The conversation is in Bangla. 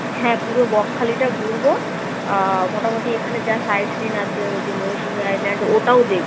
হ্যাঁ পুরো বকখালিটা ঘুরবো মোটামুটি এখানে যা সাইট সিন আছে ওই যে মৌসুমী আইল্যান্ড ওটাও দেখবো